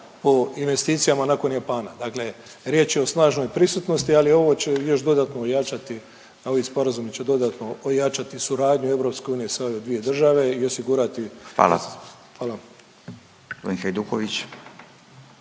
po investicijama nakon Japana, dakle riječ je o snažnoj prisutnosti, ali ovo će još dodatno ojačati ovi sporazumi će dodatno ojačati suradnju EU sa ove dvije države i osigurati …/Upadica